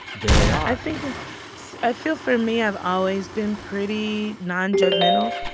there they are i think ah so i feel, for me, i've always been pretty nonjudgmental.